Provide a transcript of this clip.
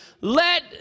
let